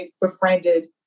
befriended